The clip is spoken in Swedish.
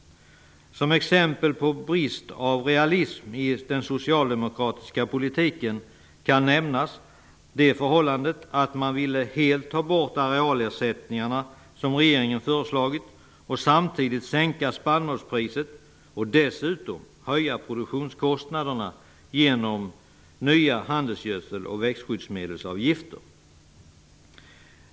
Som exempel på brist på realism i den socialdemokratiska politiken kan nämnas det förhållandet att man helt ville ta bort arealersättningarna, som regeringen har föreslagit, samtidigt som man ville sänka spannmålspriset och dessutom höja produktionskostnaderna genom nya handelsgödsels och växtskyddsmedelsavgifter.